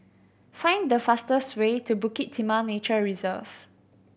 find the fastest way to Bukit Timah Nature Reserve